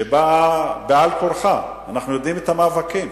שבאה על-כורחה, אנחנו יודעים את המאבקים